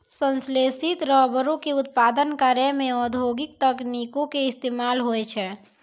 संश्लेषित रबरो के उत्पादन करै मे औद्योगिक तकनीको के इस्तेमाल होय छै